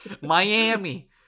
Miami